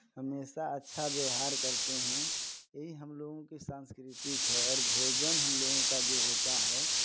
हमेशा अच्छा व्यवहार करते हैं यही हम लोगों की सांस्कृतिक है और भोजन हम लोगों का जो होता है